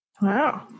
Wow